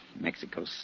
Mexico